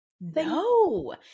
No